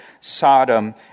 Sodom